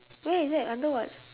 where is that under what